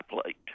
plate